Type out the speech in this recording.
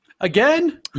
Again